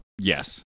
Yes